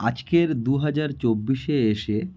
আজকের দু হাজার চব্বিশে এসে